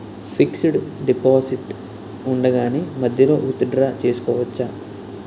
Fixed deposit ఉండగానే మధ్యలో withdraw చేసుకోవచ్చా?